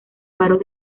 faros